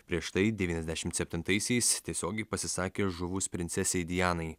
prieš tai devyniasdešimt septintaisiais tiesiogiai pasisakė žuvus princesei dianai